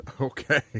Okay